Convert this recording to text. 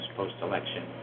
post-election